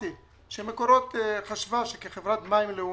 מקורות חשבה שכחברת מים לאומית,